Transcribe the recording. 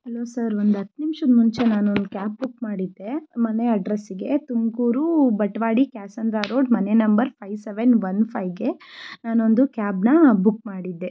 hello sir ಒಂದು ಹತ್ತು ನಿಮ್ಷದ ಮುಂಚೆ ನಾನು ಒಂದು ಕ್ಯಾಬ್ ಬುಕ್ ಮಾಡಿದ್ದೆ ಮನೆ ಅಡ್ರಸ್ಸಿಗೆ ತುಮಕೂರು ಬಟವಾಡಿ ಕ್ಯಾತಸಂದ್ರ ರೋಡ್ ಮನೆ ನಂಬರ್ ಫೈಯ್ ಸೆವೆನ್ ಒನ್ ಫೈಗೆ ನಾನು ಒಂದು ಕ್ಯಾಬನ್ನು ಬುಕ್ ಮಾಡಿದ್ದೆ